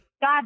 God